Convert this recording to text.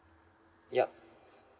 yup